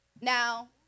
Now